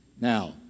Now